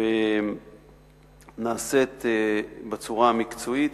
ונעשית בצורה מקצועית.